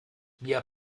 mir